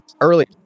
Early